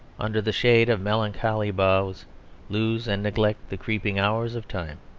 under the shade of melancholy boughs lose and neglect the creeping hours of time.